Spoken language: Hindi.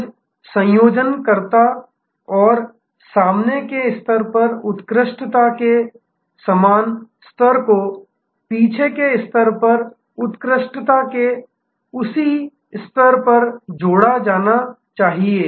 सहज संयोजकता और सामने के स्तर पर उत्कृष्टता के समान स्तर को पीछे के स्तर पर उत्कृष्टता के उसी स्तर द्वारा जोड़ा जाना चाहिए